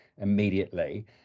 immediately